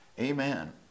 Amen